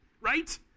right